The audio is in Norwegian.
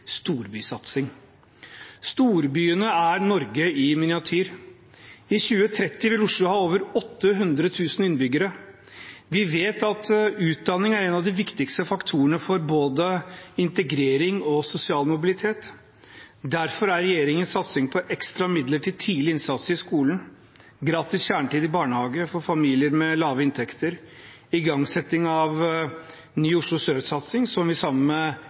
Storbyene er Norge i miniatyr. I 2030 vil Oslo ha over 800 000 innbyggere. Vi vet at utdanning er en av de viktigste faktorene for både integrering og sosial mobilitet. Derfor er regjeringens satsing på ekstra midler til tidlig innsats i skolen, gratis kjernetid i barnehage for familier med lave inntekter, igangsetting av ny Oslo sør-satsing – som vi sammen